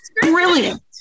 brilliant